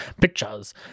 Pictures